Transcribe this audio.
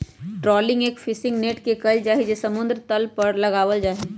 trawling एक fishing net से कइल जाहई जो समुद्र तल पर लगावल जाहई